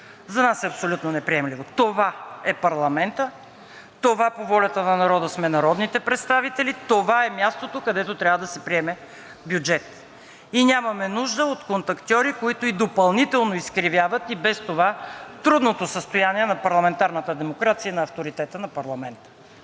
за нас е абсолютно неприемливо. Това е парламентът. Това по волята на народа сме народните представители. Това е мястото, където трябва да се приеме бюджет. Нямаме нужда от контактьори, които допълнително изкривяват и без това трудното състояние на парламентарната демокрация и авторитета на парламента.